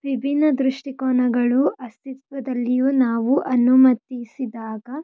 ವಿಭಿನ್ನ ದೃಷ್ಟಿಕೋನಗಳು ಅಸ್ತಿತ್ವದಲ್ಲಿಯೂ ನಾವು ಅನುಮತಿಸಿದಾಗ